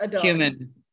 human